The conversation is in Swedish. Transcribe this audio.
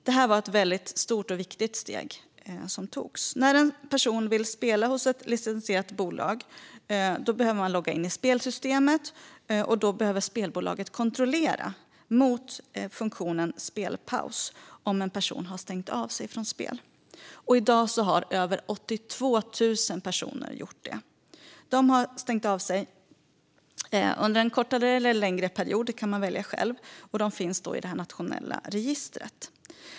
Detta var ett stort och viktigt steg. När en person vill spela hos ett licensierat bolag och då behöver logga in i spelsystemet måste spelbolaget kontrollera mot funktionen spelpaus.se om personen har stängt av sig från spel. I dag har över 82 000 personer stängt av sig under en kortare eller längre period, vilket man kan välja själv, och finns alltså i det nationella registret.